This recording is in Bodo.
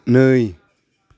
नै